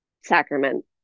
sacrament